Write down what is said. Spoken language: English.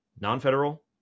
non-federal